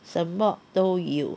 什么都有